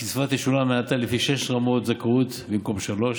הקצבה תשולם מעתה לפי שש רמות זכאות במקום שלוש,